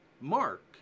Mark